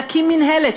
להקים מינהלת,